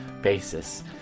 basis